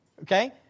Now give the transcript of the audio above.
Okay